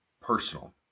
personal